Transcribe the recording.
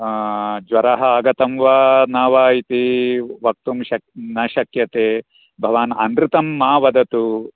ज्वरः आगतं वा न वा इति वक्तुं शक्य न शक्यते भवान् अनृतं मा वदतु